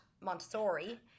montessori